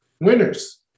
winners